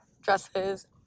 dresses